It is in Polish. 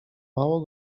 mało